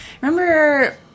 Remember